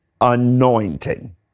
anointing